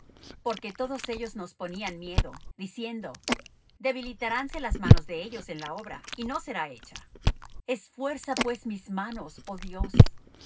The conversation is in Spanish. porque todos ellos nos ponían miedo diciendo debilitaránse las manos de ellos en la obra y no será hecha esfuerza pues mis manos oh dios